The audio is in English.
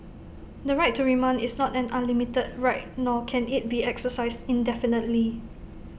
the right to remand is not an unlimited right nor can IT be exercised indefinitely